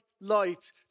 light